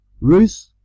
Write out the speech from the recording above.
Ruth